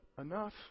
enough